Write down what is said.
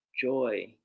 joy